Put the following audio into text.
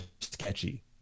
sketchy